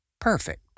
Perfect